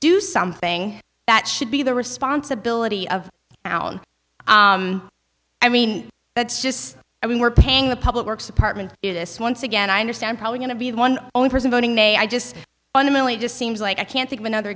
do something that should be the responsibility of alan i mean that's just i mean we're paying the public works department is this once again i understand probably going to be one only person voting may i just fundamentally just seems like i can't think of another